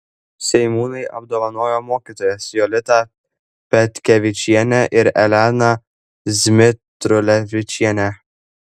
seimūnai apdovanojo mokytojas jolitą petkevičienę ir eleną zmitrulevičienę